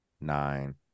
nine